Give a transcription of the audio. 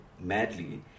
madly